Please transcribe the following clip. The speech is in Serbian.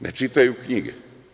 Ne čitaju knjige.